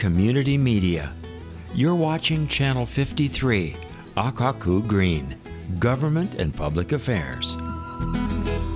community media you're watching channel fifty three aku green government and public affairs